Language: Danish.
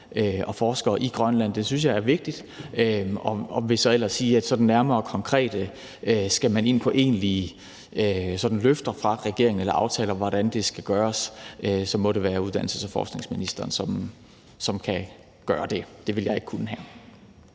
og forskere i Grønland, synes jeg er vigtigt. Jeg vil så ellers sige, at skal man sådan nærmere konkret ind på egentlige løfter fra regeringen eller aftaler om, hvordan det skal gøres, så må det være uddannelses- og forskningsministeren, som kan gøre det. Det ville jeg ikke kunne her.